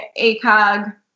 ACOG